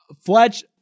Fletch